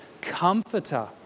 comforter